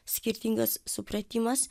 skirtingas supratimas